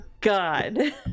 God